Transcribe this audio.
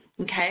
okay